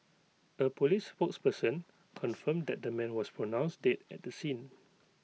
A Police spokesperson confirmed that the man was pronounced dead at the scene